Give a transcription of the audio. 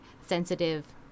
sensitive